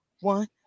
one